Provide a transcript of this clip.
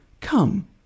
Come